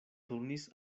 turnis